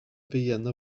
vienna